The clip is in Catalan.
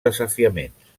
desafiaments